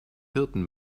hirten